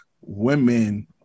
women